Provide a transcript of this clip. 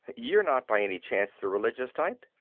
you're not by any chance the religious type?